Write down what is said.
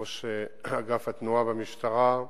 ראש אגף התנועה במשטרה,